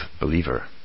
believer